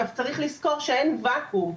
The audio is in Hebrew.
צריך לזכור שאין וואקום,